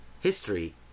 history